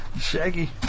Shaggy